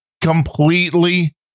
completely